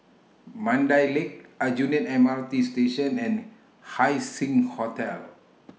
Mandai Lake Aljunied M R T Station and Haising Hotel